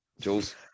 Jules